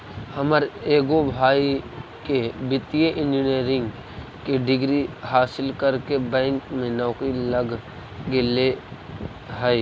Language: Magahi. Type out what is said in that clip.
हमर एगो भाई के वित्तीय इंजीनियरिंग के डिग्री हासिल करके बैंक में नौकरी लग गेले हइ